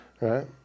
right